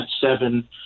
seven